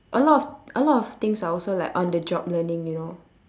a lot of a lot of things are also like on the job learning you know